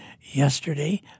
yesterday